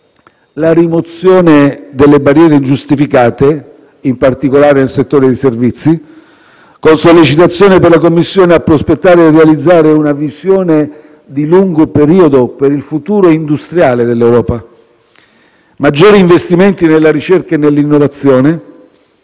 la rimozione delle barriere ingiustificate, in particolare nel settore dei servizi, con sollecitazioni per la Commissione a prospettare e realizzare una visione di lungo periodo per il futuro industriale dell'Europa; maggiori investimenti nella ricerca e nell'innovazione;